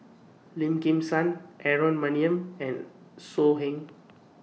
Lim Kim San Aaron Maniam and So Heng